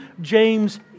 James